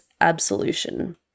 absolution